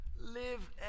Live